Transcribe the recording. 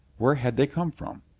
where had they come from?